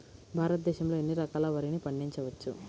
భారతదేశంలో ఎన్ని రకాల వరిని పండించవచ్చు